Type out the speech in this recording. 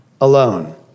alone